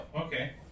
okay